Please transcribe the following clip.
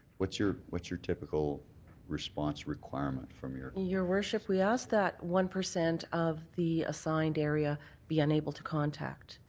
what's your what's your typical response requirement from your your worship, we asked that one percent of the assigned area be unable to contact.